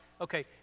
okay